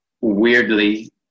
weirdly